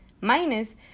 Minus